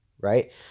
right